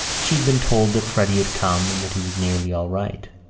she had been told that freddy had come and that he was nearly all right.